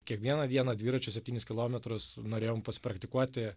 kiekvieną dieną dviračiu septynis kilometrus norėjom pasipraktikuoti